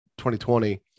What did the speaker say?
2020